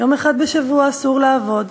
יום אחד בשבוע אסור לעבוד.